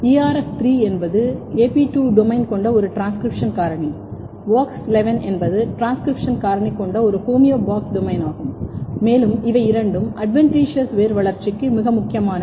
ERF 3 என்பது AP 2 domain கொண்ட ஒரு டிரான்ஸ்கிரிப்ஷன் காரணி WOX11 என்பது டிரான்ஸ்கிரிப்ஷன் காரணி கொண்ட ஒரு ஹோமியோபாக்ஸ் டொமைன் ஆகும் மேலும் இவை இரண்டும் அட்வென்டிஷியஸ் வேர் வளர்ச்சிக்கு மிக முக்கியமானவை